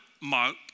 mark